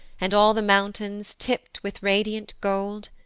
and all the mountains tipt with radiant gold,